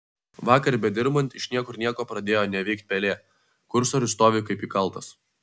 vakar bedirbant iš niekur nieko pradėjo neveikt pelė kursorius stovi kaip įkaltas